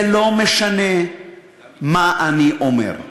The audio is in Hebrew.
זה לא משנה מה אני אומר,